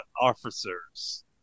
officers